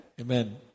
Amen